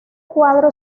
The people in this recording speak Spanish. cuadro